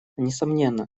несомненно